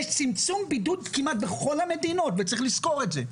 יש צמצום בידוד כמעט בכל המדינות בעולם וצריך לזכור את זה.